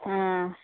ಹಾಂ